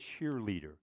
cheerleader